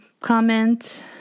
comment